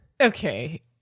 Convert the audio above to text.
Okay